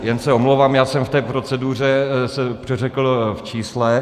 Jen se omlouvám, já jsem v té proceduře se přeřekl v čísle.